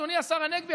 אדוני השר הנגבי,